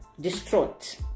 distraught